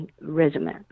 regimen